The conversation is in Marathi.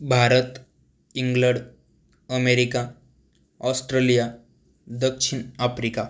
भारत इंग्लड अमेरिका ऑस्ट्रेलिया दक्षिण आफ्रिका